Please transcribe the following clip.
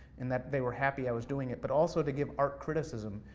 and that they were happy i was doing it, but also to give art criticism,